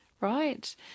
right